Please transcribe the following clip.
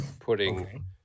putting